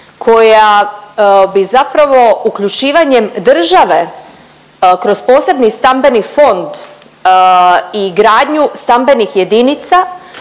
koja bi zapravo uključivanjem države kroz posebni stambeni fond i gradnju stambenih jedinica